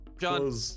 John